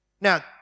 Now